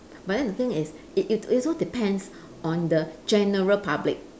but then the thing is it it it also depends on the general public